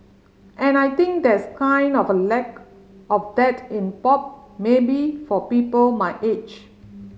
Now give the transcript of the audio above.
and I think there's kind of a lack of that in pop maybe for people my age